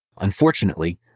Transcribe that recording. Unfortunately